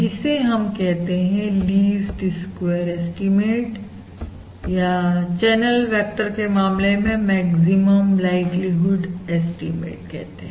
जिसे हम कहते हैं लीस्ट स्क्वेयर एस्टीमेट या चैनल वेक्टर के मामले में मैक्सिमम लाइक्लीहुड एस्टीमेट कहते हैं